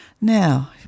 Now